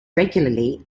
regularly